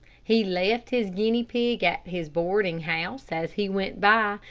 he left his guinea pig at his boarding house as he went by,